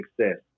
success